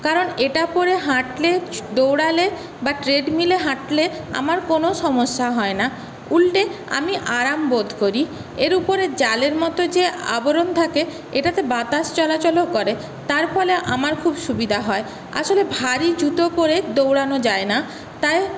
কারণ এটা পড়ে হাঁটলে দৌড়ালে বা ট্রেডমিলে হাঁটলে আমার কোনো সমস্যা হয়না উল্টে আমি আরাম বোধ করি এর উপরে জালের মতো যে আবরণ থাকে এটাতে বাতাস চলাচলও করে তার ফলে আমার খুব সুবিধা হয় আসলে ভারী জুতো পড়ে দৌড়ানো যায়না তাই